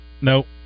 Nope